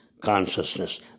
consciousness